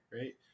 right